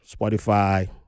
spotify